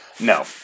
No